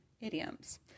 idioms